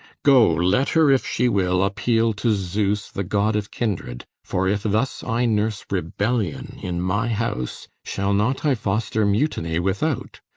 go, let her, if she will, appeal to zeus the god of kindred, for if thus i nurse rebellion in my house, shall not i foster mutiny without?